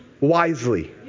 wisely